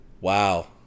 Wow